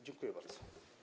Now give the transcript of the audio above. Dziękuję bardzo.